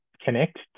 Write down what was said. connect